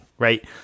Right